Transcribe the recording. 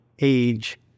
age